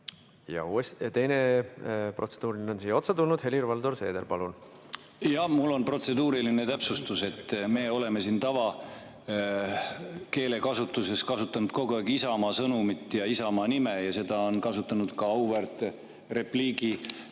Ja teine protseduuriline on siia otsa tulnud. Helir-Valdor Seeder, palun! Jah, mul on protseduuriline täpsustus. Me oleme siin tavakeelekasutuses kasutanud kogu aeg Isamaa sõnumit ja Isamaa nime ja seda on kasutanud ka auväärt repliigi